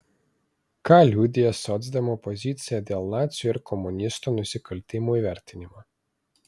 ką liudija socdemų pozicija dėl nacių ir komunistų nusikaltimų įvertinimo